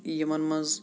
یِمن منٛز